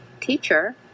teacher